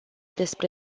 despre